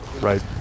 right